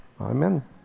Amen